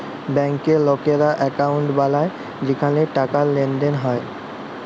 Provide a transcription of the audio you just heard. ব্যাংকে লকেরা একউন্ট বালায় যেখালে টাকার লেনদেল হ্যয়